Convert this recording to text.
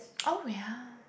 oh yeah